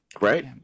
Right